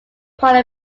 crawler